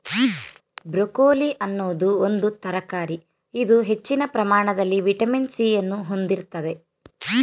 broccoli ಅನ್ನೋದು ಒಂದು ತರಕಾರಿ ಇದು ಹೆಚ್ಚಿನ ಪ್ರಮಾಣದಲ್ಲಿ ವಿಟಮಿನ್ ಸಿ ಅನ್ನು ಹೊಂದಿರ್ತದೆ